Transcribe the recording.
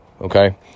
Okay